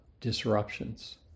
disruptions